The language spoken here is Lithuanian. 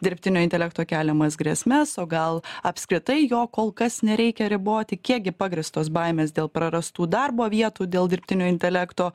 dirbtinio intelekto keliamas grėsmes o gal apskritai jo kol kas nereikia riboti kiek gi pagrįstos baimės dėl prarastų darbo vietų dėl dirbtinio intelekto